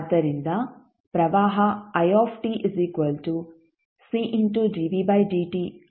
ಆದ್ದರಿಂದ ಪ್ರವಾಹ ಆಗಿರುತ್ತದೆ